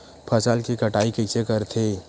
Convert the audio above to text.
फसल के कटाई कइसे करथे?